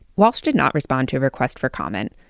walsh did not respond to a request for comment,